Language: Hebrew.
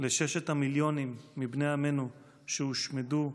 לששת המיליונים מבני עמנו שהושמדו: